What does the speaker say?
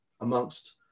amongst